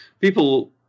people